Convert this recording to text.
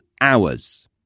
Hours